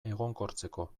egonkortzeko